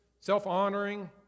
self-honoring